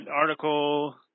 article